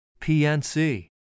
PNC